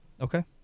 okay